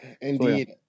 Indeed